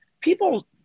people –